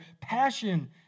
passion